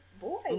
Boy